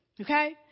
Okay